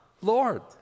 Lord